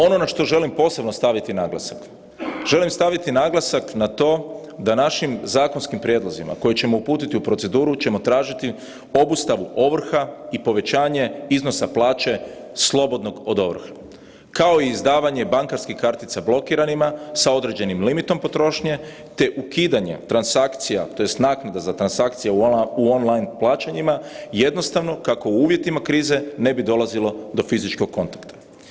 Ono na što želim posebno staviti naglasak, želim staviti naglasak na to da našim zakonskim prijedlozima koje ćemo uputiti u proceduru ćemo tražiti obustavu ovrha i povećanje iznosa plaće slobodnog od ovrha kao i izdavanje bankarskih kartica blokiranima s određenim limitom potrošnje te ukidanje transakcija tj. naknada za transakcije u online plaćanjima jednostavno kako u uvjetima krize ne bi dolazilo do fizičkog kontakta.